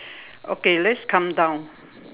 okay let's come down